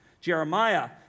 Jeremiah